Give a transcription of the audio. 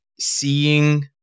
seeing